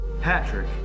patrick